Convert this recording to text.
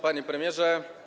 Panie Premierze!